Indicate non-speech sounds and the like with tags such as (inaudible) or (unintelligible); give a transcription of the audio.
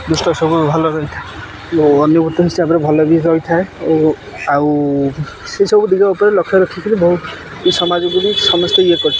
(unintelligible) ଭଲ ବି ରହିଥାଏ ଓ ଅନୁଭୂତି ହିସାବରେ ଭଲ ବି ରହିଥାଏ ଓ ଆଉ ସେସବୁ ଦିଗ ଉପରେ ଲକ୍ଷ ରଖିକିରି ବହୁ ଏ ସମାଜକୁ ବି ସମସ୍ତେ ଇଏ କରିଥାଏ